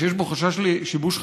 שיש בו חשש לשיבוש חקירה,